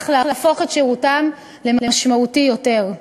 ובכך להפוך את שירותם למשמעותי יותר.